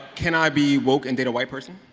can i be woke and date white person?